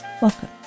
Welcome